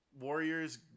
Warriors